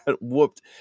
whooped